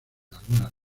algunas